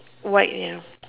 white ya